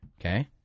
Okay